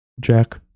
Jack